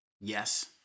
Yes